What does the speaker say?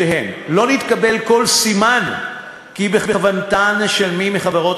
לא נתקבל כל סימן כי בכוונתן של מי מחברות